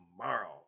tomorrow